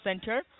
center